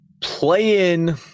play-in